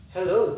Hello